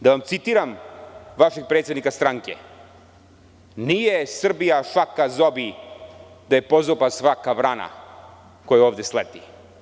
Da vam citiram vašeg predsednika stranke: „Nije Srbija šaka zobi da je pozoba svaka vrana koja ovde sleti“